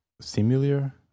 Similar